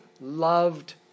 loved